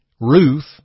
Ruth